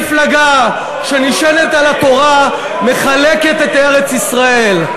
מפלגה שנשענת על התורה מחלקת את ארץ-ישראל.